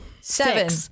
Seven